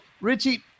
Richie